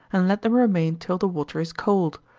and let them remain till the water is cold.